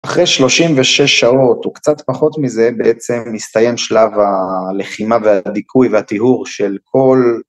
אחרי 36 שעות וקצת פחות מזה בעצם מסתיים שלב הלחימה והדיכוי והתיהור של כל